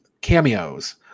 cameos